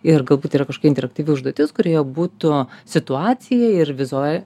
ir galbūt yra kažkokia interaktyvi užduotis kurioje būtų situacija ir vizua